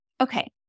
Okay